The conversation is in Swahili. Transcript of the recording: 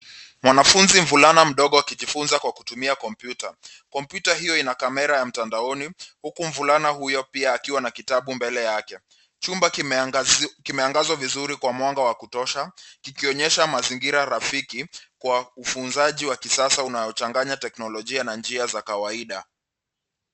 Mwanafunzi mvulana mdogo akijifunza kwa kutumia kompyuta. Kompyuta hiyo ina kamera ya mtandaoni huku mvulana huyo pia akiwa na kitabu mbele yake. Chumba kimeangazwa vizuri kwa mwanga wa kutosha, kikionyesha mazingira rafiki kwa ufunzaji wa kisasa unaochanganya teknolojia na njia za kawaida.